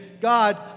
God